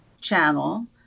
channel